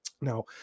Now